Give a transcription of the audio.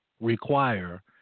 require